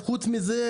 וחוץ מזה,